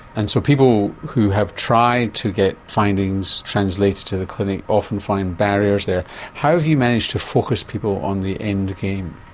and so people who have tried to get findings translated to the clinic often find barriers, how have you managed to focus people on the end game?